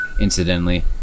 Incidentally